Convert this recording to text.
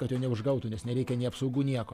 kad jo neužgautų nes nereikia nė apsaugų nieko